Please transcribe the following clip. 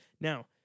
Now